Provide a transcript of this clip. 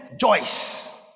Joyce